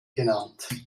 genannt